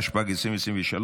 התשפ"ג 2023,